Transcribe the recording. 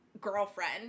girlfriend